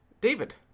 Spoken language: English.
David